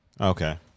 okay